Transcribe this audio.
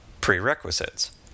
Prerequisites